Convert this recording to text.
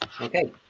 Okay